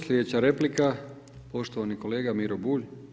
Sljedeća replika poštovani kolega Miro Bulj.